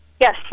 Yes